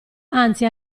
anzi